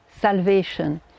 Salvation